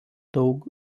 daug